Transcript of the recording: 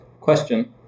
Question